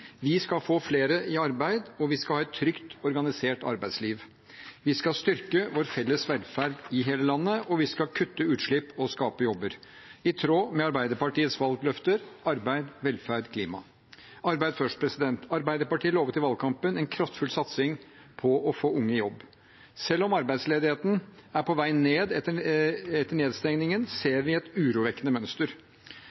Vi skal få flere i arbeid, og vi skal ha et trygt, organisert arbeidsliv. Vi skal styrke vår felles velferd i hele landet, og vi skal kutte utslipp og skape jobber – i tråd med Arbeiderpartiets valgløfter: arbeid, velferd, klima. Arbeid først: Arbeiderpartiet lovet i valgkampen en kraftfull satsing på å få unge i jobb. Selv om arbeidsledigheten er på vei ned etter nedstengningen,